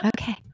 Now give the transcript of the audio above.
Okay